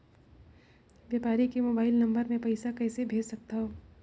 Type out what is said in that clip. व्यापारी के mobile number मे पईसा कइसे भेज सकथव?